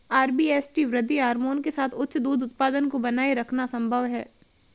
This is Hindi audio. आर.बी.एस.टी वृद्धि हार्मोन के साथ उच्च दूध उत्पादन को बनाए रखना संभव है